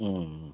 उम्म